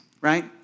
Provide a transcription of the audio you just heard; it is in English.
right